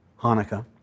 hanukkah